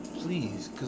please